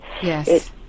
Yes